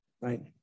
right